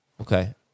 Okay